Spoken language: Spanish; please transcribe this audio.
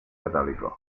metálicos